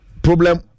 problem